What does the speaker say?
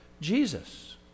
Jesus